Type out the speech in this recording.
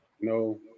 No